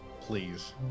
please